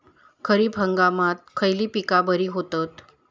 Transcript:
खरीप हंगामात खयली पीका बरी होतत?